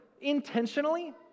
intentionally